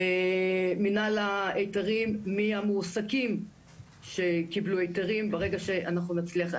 למנהל ההיתרים מהמועסקים שקיבלו היתרים ברגע שאנחנו נצליח.